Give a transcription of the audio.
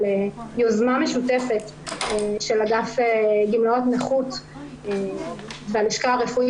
על יוזמה משותפת של אגף גמלאות נכות בלשכה הרפואית